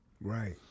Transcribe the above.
right